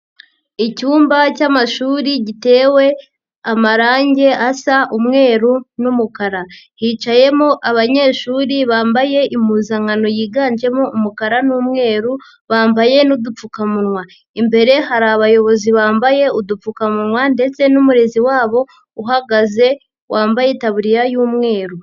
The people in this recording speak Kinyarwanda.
Icyumba cy'amashuri gitewe amarangi asa umweru n'umukara hicayemo abanyeshuri bambaye impuzankano yiganjemo umukara n'umweru, bambaye n'udupfukamunwa, imbere hari abayobozi bambaye udupfukamunwa ndetse n'umurezi wabo uhagaze wambaye itaburiya y'umweru.